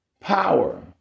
power